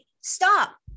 Stop